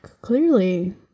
clearly